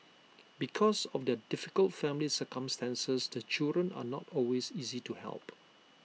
because of their difficult family circumstances the children are not always easy to help